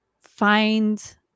find